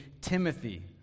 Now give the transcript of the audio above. Timothy